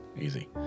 Easy